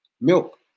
Milk